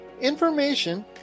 information